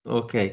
ok